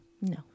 No